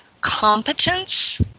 competence